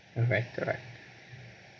alright alright